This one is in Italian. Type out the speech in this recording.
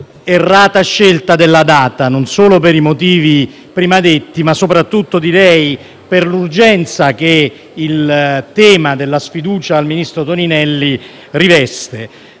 sull'errata scelta della data non solo per i motivi prima detti, ma - soprattutto - per l'urgenza che il tema della sfiducia al ministro Toninelli riveste.